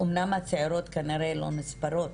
אמנם הצעירות כנראה לא נספרות,